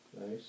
Nice